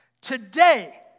today